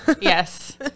Yes